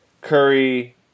Curry